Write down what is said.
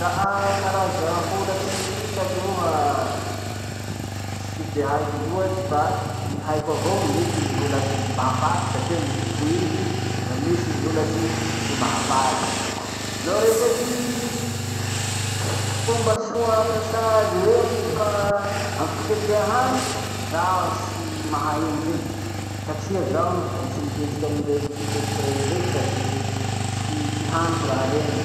Laha karaza holatsy misy aloha tsy de haiko loatsy fa ny haiko avao misy gny holatsy mahafaty satria misy poizy, da misy gny holatsy tsy mahafaty. No resaky fomba soa ampiasà azy rey amy fa- amy fiketreha hany, zaho tsy mahay anizay, satria zaho mbo tsy niketriky amy reny, tsy niketriky reny indraiky sady tsy fihaniko raha reny.